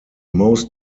most